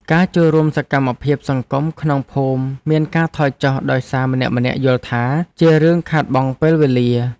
ការចូលរួមសកម្មភាពសង្គមក្នុងភូមិមានការថយចុះដោយសារម្នាក់ៗយល់ថា ជារឿងខាតបង់ពេលវេលា។